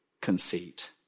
conceit